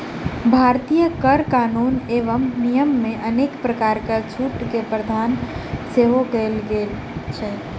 भारतीय कर कानून एवं नियममे अनेक प्रकारक छूटक प्रावधान सेहो कयल गेल छै